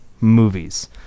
Movies